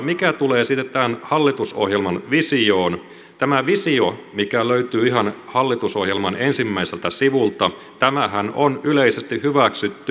mitä tulee sitten tähän hallitusohjelman visioon tämä visiohan mikä löytyy ihan hallitusohjelman ensimmäiseltä sivulta on yleisesti hyväksytty